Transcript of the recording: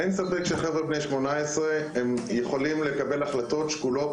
אין ספק שחבר'ה בני 18 הם יכולים לקבל החלטות שקולות,